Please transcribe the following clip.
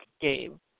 game